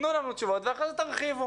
תנו לנו אותן ואחרי זה תרחיבו.